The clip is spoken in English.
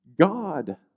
God